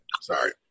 sorry